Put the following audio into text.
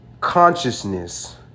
consciousness